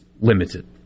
Limited